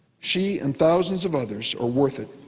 she and thousands of others are worth it.